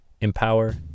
empower